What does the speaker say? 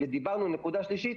ודיברנו על נקודה שלישית,